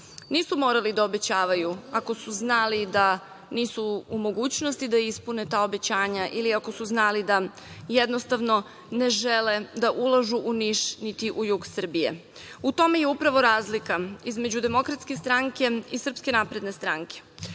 Nisu morali da obećavaju ako su znali da nisu u mogućnosti da ispune ta obećanja ili ako su znali da jednostavno ne žele da ulažu u Niš niti u jug Srbije.U tome je upravo razlika između DS i SNS. Aleksandar Vučić je pre više